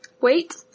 Wait